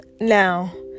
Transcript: Now